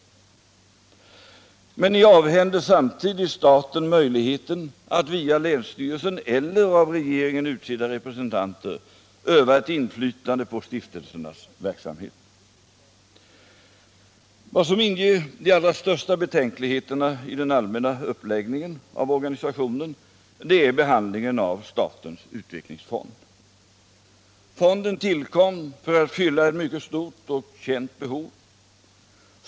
Ni avhänder samtidigt staten möjligheten att via länsstyrelse eller av regeringen utsända representanter öva ett inflytande på stiftelsernas verksamhet. Vad som inger de allra största betänkligheterna i den allmänna uppläggningen av organisationen är behandlingen av statens utvecklingsfond. Fonden tillkom för att fylla ett mycket stort och känt behov.